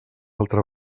altra